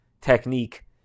technique